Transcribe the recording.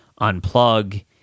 unplug